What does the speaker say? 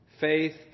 faith